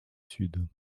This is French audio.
sud